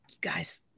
guys